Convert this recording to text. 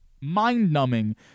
Mind-numbing